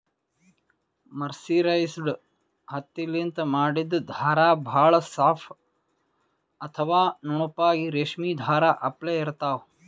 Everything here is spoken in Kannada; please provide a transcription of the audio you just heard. ಮರ್ಸಿರೈಸ್ಡ್ ಹತ್ತಿಲಿಂತ್ ಮಾಡಿದ್ದ್ ಧಾರಾ ಭಾಳ್ ಸಾಫ್ ಅಥವಾ ನುಣುಪಾಗಿ ರೇಶ್ಮಿ ಧಾರಾ ಅಪ್ಲೆ ಇರ್ತಾವ್